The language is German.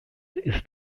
ist